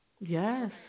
Yes